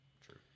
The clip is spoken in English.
True